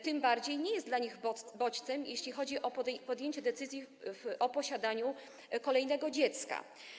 Tym bardziej nie jest ona dla nich bodźcem, jeśli chodzi o podjęcie decyzji o posiadaniu kolejnego dziecka.